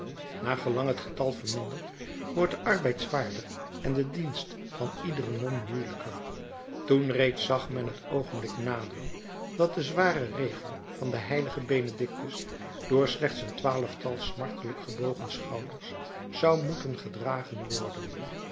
naar gelang het getal vermindert wordt de arbeid zwaarder en de dienst van iedere non moeielijker toen reeds zag men het oogenblik naderen dat de zware regel van den h benedictus door slechts een twaalftal smartelijk gebogen schouders zou moeten gedragen worden